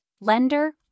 lender